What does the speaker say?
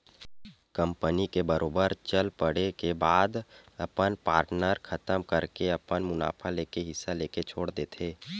company के बरोबर चल पड़े के बाद अपन पार्टनर खतम करके अपन मुनाफा लेके हिस्सा लेके छोड़ देथे